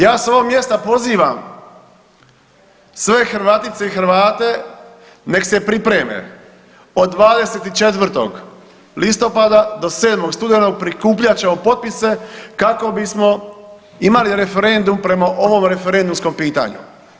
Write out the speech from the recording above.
Ja s ovog mjesta pozivam sve Hrvatice i Hrvate nek se pripreme, od 24. listopada do 7. studenog prikupljat ćemo potpise kako bismo imali referendum prema ovom referendumskom pitanju.